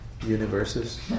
universes